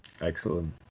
Excellent